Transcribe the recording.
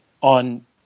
on